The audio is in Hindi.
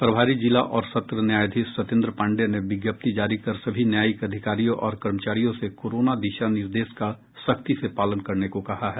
प्रभारी जिला और सत्र न्यायाधीश सत्येंद्र पांडेय ने विज्ञप्ति जारी कर सभी न्यायिक अधिकारियों और कर्मचारियों से कोरोना दिशा निर्देश का सख्ती से पालन करने को कहा है